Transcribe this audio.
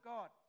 God